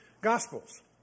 Gospels